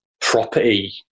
property